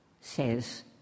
says